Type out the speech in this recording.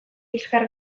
liskar